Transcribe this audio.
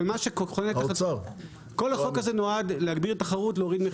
כל החוק הזה נועד להגביר תחרות ולהוריד מחירים,